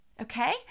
okay